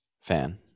fan